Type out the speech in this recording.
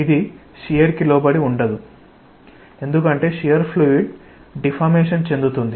ఇది షియర్ కు లోబడి ఉండదు ఎందుకంటే షియర్ ఫ్లూయిడ్ డిఫార్మేషన్ చెందుతుంది